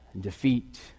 defeat